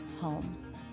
home